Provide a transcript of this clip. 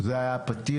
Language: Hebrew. זה היה פתיח.